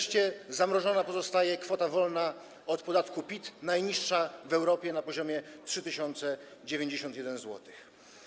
Zamrożona pozostaje kwota wolna od podatku PIT, najniższa w Europie, na poziomie 3091 zł.